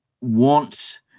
want